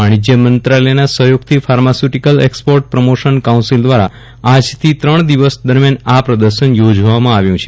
વાષ્જિજ્ય મંત્રાલયના સહયોગથી pharmaceutical export promotion council દ્વારા આજથી ત્રણ દિવસ દરમ્યાન આ પ્રદર્શન યોજવામાં આવ્યું છે